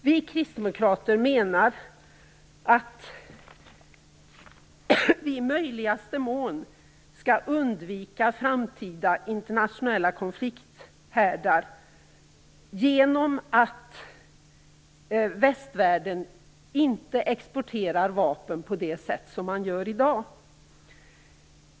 Vi kristdemokrater menar att vi i möjligaste mån skall undvika framtida internationella konflikthärdar genom att västvärlden inte exporterar vapen på det sätt som man gör i dag.